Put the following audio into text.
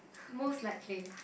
mostly likely